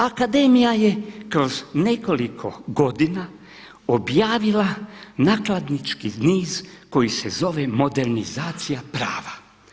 Akademija je kroz nekoliko godina objavila nakladnički niz koji se zove „Modernizacija prava“